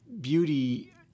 beauty